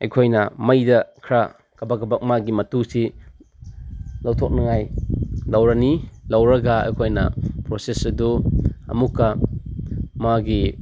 ꯑꯩꯈꯣꯏꯅ ꯃꯩꯗ ꯈꯔ ꯀꯥꯕꯛ ꯀꯥꯕꯛ ꯃꯥꯒꯤ ꯃꯇꯨꯁꯤ ꯂꯧꯊꯣꯛꯅꯉꯥꯏ ꯂꯧꯔꯅꯤ ꯂꯧꯔꯒ ꯑꯩꯈꯣꯏꯅ ꯄ꯭ꯔꯣꯁꯦꯁ ꯑꯗꯨ ꯑꯃꯨꯛꯀ ꯃꯥꯒꯤ